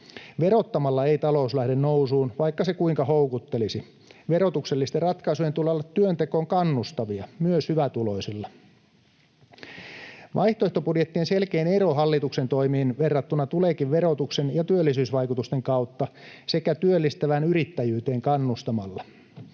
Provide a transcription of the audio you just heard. Verottamalla ei talous lähde nousuun, vaikka se kuinka houkuttelisi. Verotuksellisten ratkaisujen tulee olla työntekoon kannustavia, myös hyvätuloisilla. Vaihtoehtobudjettien selkein ero hallituksen toimiin verrattuna tuleekin verotuksen ja työllisyysvaikutusten kautta sekä työllistävään yrittäjyyteen kannustamalla.